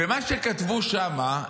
ומה שכתבו שם,